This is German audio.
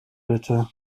bitte